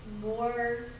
more